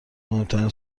مهمترین